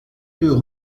deux